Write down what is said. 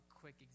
quick